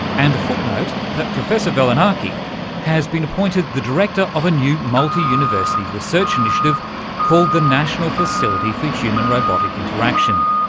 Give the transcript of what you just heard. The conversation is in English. and a footnote, that professor velonaki has been appointed the director of a new multi-university research initiative called the national facility for human-robotic interaction,